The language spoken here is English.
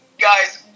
guys